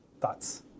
Thoughts